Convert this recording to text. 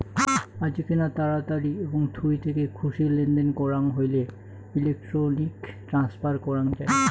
আজকেনা তাড়াতাড়ি এবং থুই থেকে খুশি লেনদেন করাং হইলে ইলেক্ট্রনিক ট্রান্সফার করাং যাই